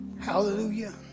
hallelujah